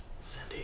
Cindy